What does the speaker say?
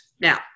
Now